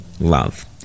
love